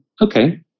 okay